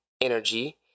energy